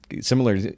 similar